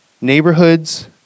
neighborhoods